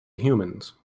humans